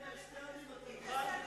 אבל לשני עמים אתה מוכן?